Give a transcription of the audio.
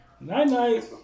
Night-night